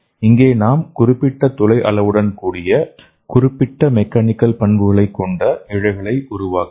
இங்கே நாம் குறிப்பிட்ட துளை அளவுடன் கூடிய குறிப்பிட்ட மெக்கானிக்கல் பண்புகளை கொண்ட இழைகளை உருவாக்கலாம்